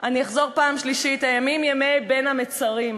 אני אחזור פעם שלישית, הימים הם ימי בין המצרים,